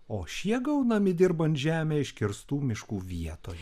o šie gaunami dirbant žemę iškirstų miškų vietoje